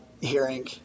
hearing